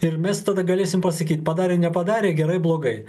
ir mes tada galėsim pasakyt padarė nepadarė gerai blogai